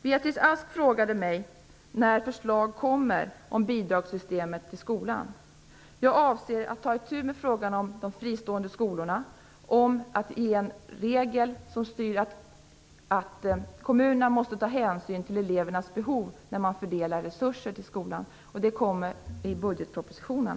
Beatrice Ask frågade mig när förslag kommer om bidragssystemet till skolan. Jag avser att ta itu med frågan om de fristående skolorna på så sätt att det blir en regel att kommunerna måste ta hänsyn till elevernas behov när man fördelar resurser till skolan. Förslaget kommer i budgetpropositionen.